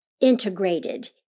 integrated